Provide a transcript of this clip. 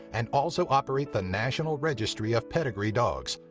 and also operate the national registry of pedigree dogs.